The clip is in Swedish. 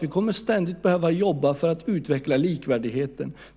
Vi kommer ständigt att behöva jobba för att utveckla likvärdigheten.